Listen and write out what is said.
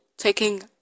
taking